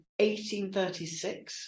1836